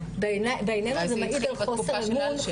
בעינינו זה מעיד על חוסר אמון,